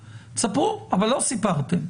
ספרו, אבל לא סיפרתם.